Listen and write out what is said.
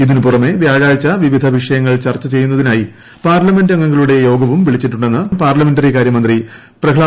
ഇതിന് പുറമെ വൃാഴാഴ്ച വിവിധ വിഷയങ്ങൾ ചർച്ച ചെയ്യുന്നതിനായി പാർലമെന്റ് അംഗങ്ങളുടെ യോഗവും വിളിച്ചിട്ടുണ്ടെന്ന് പാർലമെന്ററികാരൃമന്ത്രി പ്രഹ്ഗാദ് ജോഷി അറിയിച്ചു